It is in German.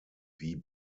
wie